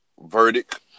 Verdict